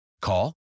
call